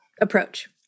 approach